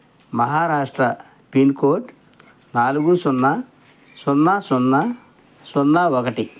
Maharashtra pin code నాలుగు సున్నా సున్నా సున్నా సున్నా ఒకటి